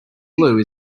blue